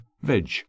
veg